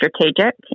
strategic